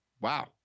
Wow